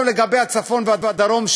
לגבי הצפון והדרום,